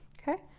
ok,